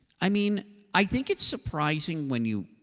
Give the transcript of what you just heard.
i mean i think it's surprising when you.